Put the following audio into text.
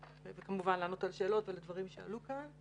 וכמובן לענות לשאלות על הדברים שעלו כאן.